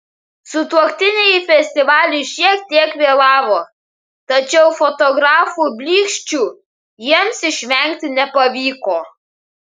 sutuoktiniai į festivalį šiek tiek vėlavo tačiau fotografų blyksčių jiems išvengti nepavyko